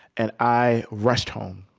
and i rushed home.